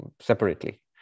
separately